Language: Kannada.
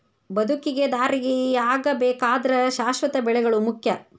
ಬದುಕಿಗೆ ದಾರಿಯಾಗಬೇಕಾದ್ರ ಶಾಶ್ವತ ಬೆಳೆಗಳು ಮುಖ್ಯ